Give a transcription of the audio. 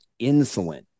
insulin